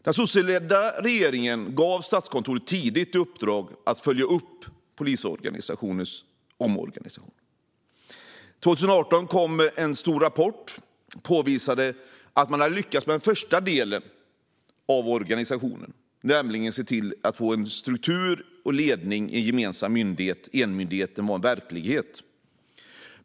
Den sosseledda regeringen gav tidigt Statskontoret i uppdrag att följa upp polisorganisationens omorganisation. År 2018 kom en stor rapport som påvisade att man hade lyckats med den första delen av omorganisationen, nämligen att få en struktur och ledning i en gemensam myndighet. Enmyndigheten var en verklighet.